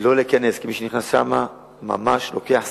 לא להיכנס, כי מי שנכנס לשם ממש לוקח סיכון,